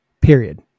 period